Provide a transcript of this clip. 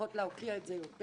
וצריכות להוקיע את זה יותר.